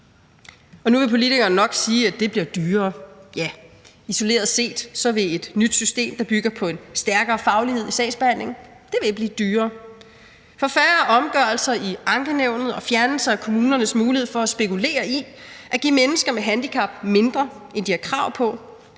Nu vil politikerne nok sige, at det bliver dyrere. Ja, isoleret set vil et nyt system, der bygger på en stærkere faglighed i sagsbehandlingen, blive dyrere, for færre omgørelser i ankenævnet og fjernelse af kommunernes mulighed for at spekulere i at give mennesker med handicap mindre, end de har krav på,